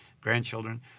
grandchildren